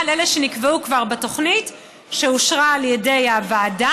על אלה שכבר נקבעו בתוכנית שאושרה על ידי הוועדה,